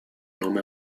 nome